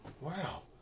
Wow